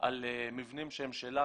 על מבנים שהם שלה,